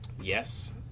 yes